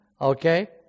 okay